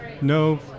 no